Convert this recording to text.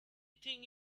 think